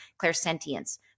clairsentience